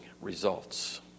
results